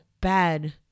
bad